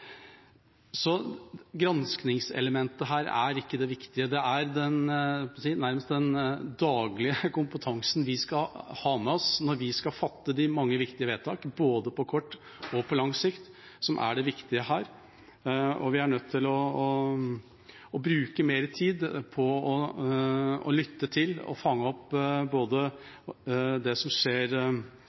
her er ikke det viktige. Det er – jeg holdt på å si – den daglige kompetansen vi skal ha med oss når vi skal fatte de mange viktige vedtakene både på kort og lang sikt, som er det viktige her. Vi er nødt til å bruke mer tid på å lytte til og fange opp det som skjer